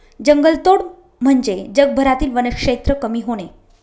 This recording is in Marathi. जंगलतोड म्हणजे जगभरातील वनक्षेत्र कमी होणे